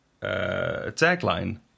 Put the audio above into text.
tagline